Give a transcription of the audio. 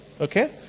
Okay